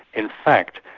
in fact,